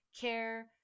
care